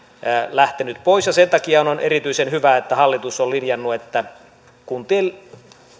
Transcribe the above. lähtenyt pois sen takia on on erityisen hyvä että hallitus on linjannut että kuntien